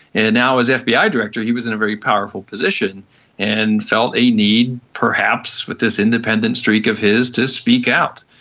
and now as ah fbi director he was in a very powerful position and felt a need perhaps with this independent streak of his to speak out,